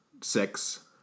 six